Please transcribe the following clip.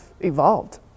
evolved